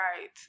right